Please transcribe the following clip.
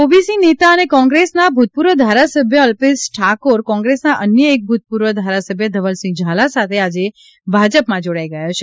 OBC નેતા અને કોંગ્રેસના ભૂતપૂર્વ ધારાસભ્ય અલ્પેશ ઠાકોર કોંગ્રેસના અન્ય એક ભૂતપૂર્વ ધારાસભ્ય ધવલસિંહ ઝાલા સાથે આજે ભાજપમાં જોડાઈ ગયા છે